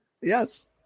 Yes